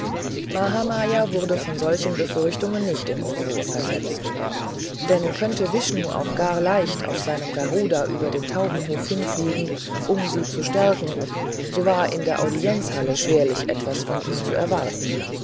mahamaya wurde von solchen befürchtungen nicht in unruhe versetzt denn könnte vishnu auch gar leicht auf seinem garuda über den taubenhof hinfliegen um sie zu stärken so war in der audienzhalle schwerlich etwas von ihm zu erwarten